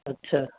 اچھا